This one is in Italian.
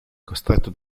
costretto